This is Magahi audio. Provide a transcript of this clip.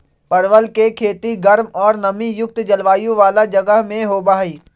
परवल के खेती गर्म और नमी युक्त जलवायु वाला जगह में होबा हई